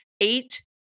eight